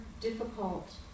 difficult